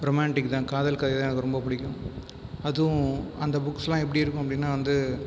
romantic தான் காதல் கதைதான் எனக்கு ரொம்ப பிடிக்கும் அதுவும் அந்த புக்ஸெல்லாம் எப்படி இருக்கும் அப்படின்னால் வந்து